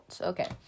Okay